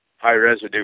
high-residue